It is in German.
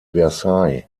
versailles